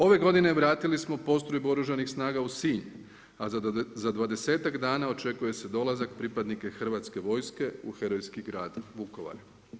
Ove godine vratili smo postrojbu Oružanih snaga u Sinj a za dvadesetak dana očekuje se dolazak pripadnika hrvatske vojske u herojski grad Vukovar.